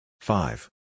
Five